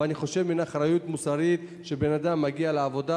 אבל אני חושב שזאת אחריות מוסרית שבן-אדם מגיע לעבודה,